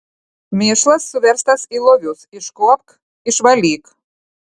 mėšlas suverstas į lovius iškuopk išvalyk